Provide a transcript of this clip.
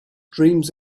dreams